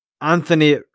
Anthony